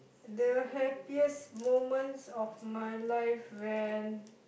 the happiest moments of my life when